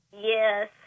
Yes